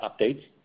updates